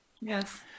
Yes